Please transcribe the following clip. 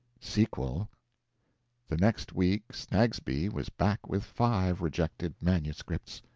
sequel the next week snagsby was back with five rejected manuscripts.